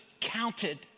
counted